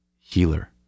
healer